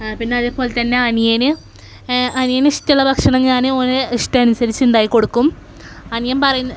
പിന്നെ അതേപോലെത്തന്നെ അനിയന് അനിയന് ഇഷ്ടമുള്ള ഭക്ഷണം ഞാൻ ഓന് ഇഷ്ടമനുസരിച്ച് ഉണ്ടാക്കിക്കൊടുക്കും അനിയൻ പറയുന്ന